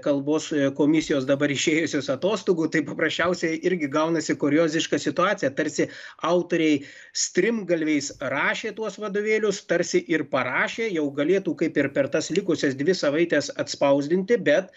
kalbos komisijos dabar išėjusios atostogų tai paprasčiausiai irgi gaunasi kurioziška situacija tarsi autoriai strimgalviais rašė tuos vadovėlius tarsi ir parašė jau galėtų kaip ir per tas likusias dvi savaites atspausdinti bet